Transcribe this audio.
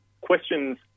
questions